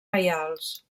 reials